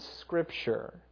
Scripture